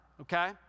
Okay